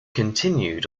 continued